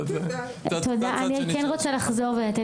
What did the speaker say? ואנחנו מגיעים לספטמבר ועוד